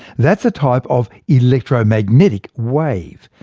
that's a type of electromagnetic wave.